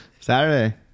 Saturday